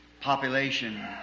population